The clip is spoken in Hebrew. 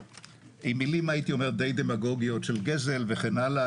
עם מילים הייתי אומר די דמגוגיות של גזל וכן הלאה.